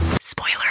Spoiler